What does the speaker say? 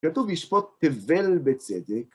כתוב: "ישפוט תבל בצדק".